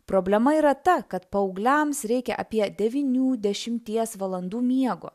problema yra ta kad paaugliams reikia apie devynių dešimties valandų miego